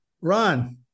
Ron